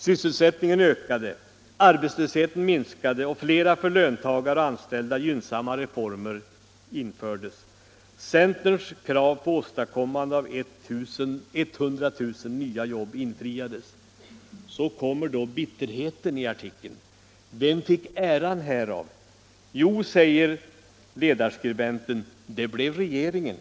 Sysselsättningen ökade, arbetslösheten minskade och flera för löntagare och anställda gynnsamma reformer genomfördes. Centerns krav på åstadkommande av 100 000 nya jobb infriades. Så kommer då bitterheten. Vem fick äran härav? Jo, skriver ledarskribenten, det blev regeringen!